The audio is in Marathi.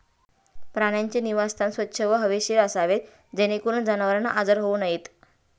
प्राण्यांचे निवासस्थान स्वच्छ व हवेशीर असावे जेणेकरून जनावरांना आजार होऊ नयेत